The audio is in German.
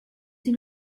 sie